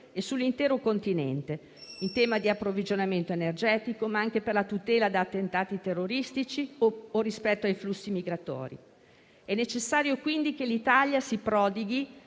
e sull'intero Continente in tema di approvvigionamento energetico, ma anche per la tutela da attentati terroristici o rispetto a flussi migratori. È necessario, quindi, che l'Italia si prodighi